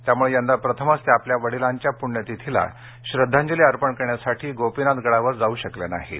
त्यामुळे यंदा प्रथमच त्या आपल्या वडिलांच्या पुण्यतिथीला श्रद्धांजली अर्पण करण्यासाठी गोपीनाथ गडावर जाऊ शकल्या नाहित